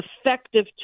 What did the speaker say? effective